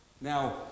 Now